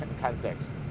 context